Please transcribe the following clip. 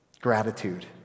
Gratitude